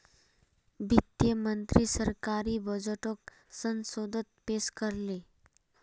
वित्त मंत्री सरकारी बजटोक संसदोत पेश कर ले